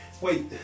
Wait